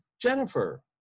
Jennifer